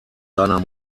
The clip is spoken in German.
seiner